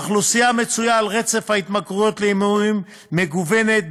האוכלוסייה המצויה על רצף ההתמכרות להימורים מגוונת.